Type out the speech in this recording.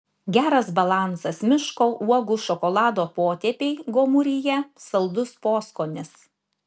geras balansas miško uogų šokolado potėpiai gomuryje saldus poskonis